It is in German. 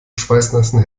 schweißnassen